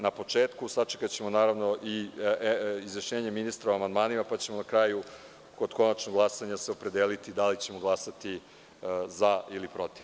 Na početku, sačekaćemo i izjašnjenje ministra o amandmanima, pa ćemo se na kraju, kod konačnog glasanja, opredeliti da li ćemo glasati za ili protiv.